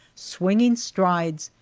swinging strides,